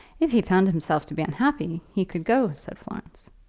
if he found himself to be unhappy, he could go, said florence.